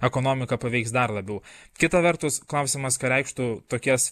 ekonomiką paveiks dar labiau kita vertus klausimas ką reikštų tokias